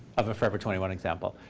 of a forever twenty one example.